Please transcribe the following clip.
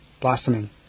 blossoming